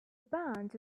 band